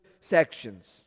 sections